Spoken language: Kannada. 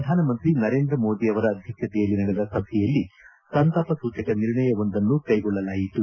ಪ್ರಧಾನಮಂತ್ರಿ ನರೇಂದ್ರ ಮೋದಿ ಅವರ ಅಧ್ಯಕ್ಷತೆಯಲ್ಲಿ ನಡೆದ ಸಭೆಯಲ್ಲಿ ಸಂತಾಪ ಸೂಚಕ ನಿರ್ಣಯವೊಂದನ್ನು ಕೈಗೊಳ್ಳಲಾಯಿತು